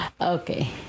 Okay